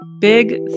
Big